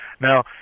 Now